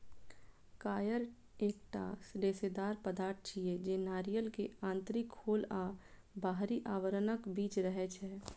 coir एकटा रेशेदार पदार्थ छियै, जे नारियल के आंतरिक खोल आ बाहरी आवरणक बीच रहै छै